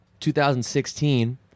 2016